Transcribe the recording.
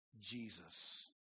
Jesus